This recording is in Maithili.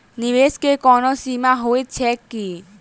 निवेश केँ कोनो सीमा होइत छैक की?